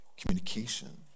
Communication